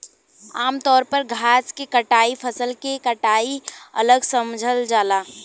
आमतौर पर घास के कटाई फसल के कटाई अलग समझल जाला